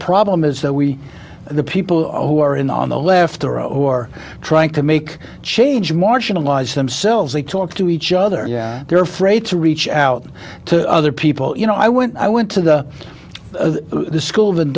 problem is that we the people who are in on the left are or trying to make change marginalized themselves they talk to each other they're afraid to reach out to other people you know i when i went to the school th